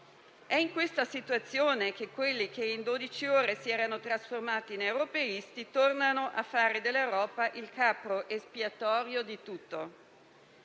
È in questa situazione che coloro che in dodici ore si erano trasformati in europeisti tornano a fare dell'Europa il capro espiatorio di tutto.